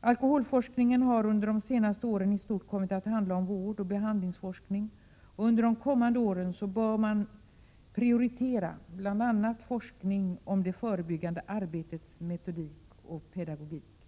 Alkoholforskningen har under de senaste åren i stort kommit att handla om vårdoch behandlingsforskning, och under de kommande åren bör man därför prioritera bl.a. forskning om det förebyggande arbetets metodik och pedagogik.